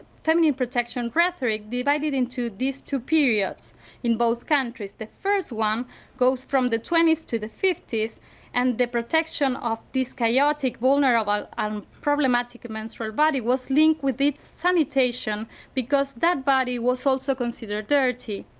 feminine protection rhetoric divided into these two periods in both countries. the first one goes from the twenty s to the fifty s and the protection of this chaotic vulnerable and um problematic menstrual body was linked with its sanitation because that body was also considered dirty.